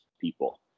people